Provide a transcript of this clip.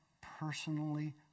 personally